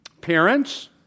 parents